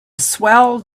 swell